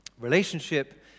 Relationship